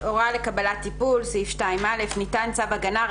"הוראה לקבלת טיפול הוראת שעה 2א. (א)ניתן צו הגנה,